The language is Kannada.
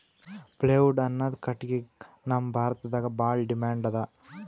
ಪ್ಲೇವುಡ್ ಅನ್ನದ್ ಕಟ್ಟಗಿಗ್ ನಮ್ ಭಾರತದಾಗ್ ಭಾಳ್ ಡಿಮ್ಯಾಂಡ್ ಅದಾ